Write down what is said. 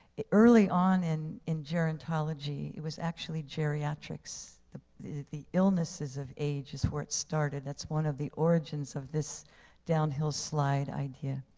early on in in gerontology, it was actually geriatrics, the the illnesses of age is where it started. that's one of the origins of this downhill slide idea.